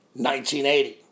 1980